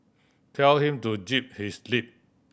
tell him to zip his lip